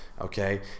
okay